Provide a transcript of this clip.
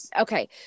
Okay